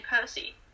Percy